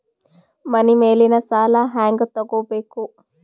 ಮನಿ ಮೇಲಿನ ಸಾಲ ಹ್ಯಾಂಗ್ ತಗೋಬೇಕು?